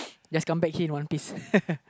just come back here in one piece